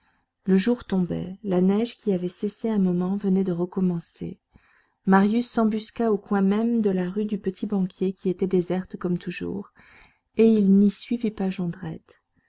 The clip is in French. le jour tombait la neige qui avait cessé un moment venait de recommencer marius s'embusqua au coin même de la rue du petit-banquier qui était déserte comme toujours et il n'y suivit pas